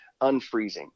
unfreezing